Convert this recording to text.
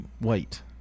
Wait